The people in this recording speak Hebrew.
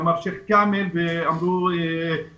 אמר שייח' כאמל ואמרו אחרים